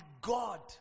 God